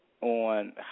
on